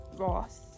Ross